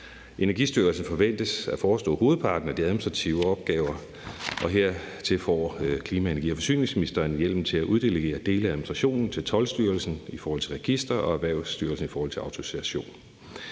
Energistyrelsen forventes at forestå hovedparten af de administrative opgaver, og hertil får klima-, og energi- og forsyningsministeren hjemmel til at uddelegere dele af administrationen til Toldstyrelsen i forhold til registre og til Erhvervsstyrelsen i forhold til autorisationer.